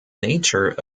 nature